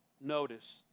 notice